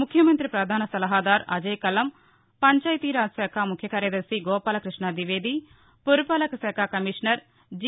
ముఖ్యమంత్రి పధాన సలహాదారు అజేయ్ కల్లం పంచాయతీరాజ్ శాఖ ముఖ్య కార్యదర్శి గోపాలకృష్ణ ద్వివేది పురపాలక శాఖ కమిషనర్ జి